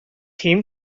team